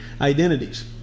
identities